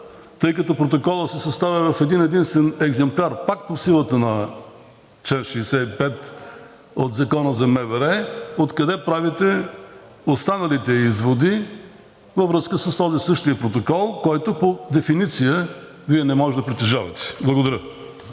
тъй като протоколът се съставя в един-единствен екземпляр пак по-силата на чл. 65 от Закона за МВР, откъде правите останалите изводи във връзка с този същия протокол, който по дефиниция Вие не може да притежавате? Благодаря.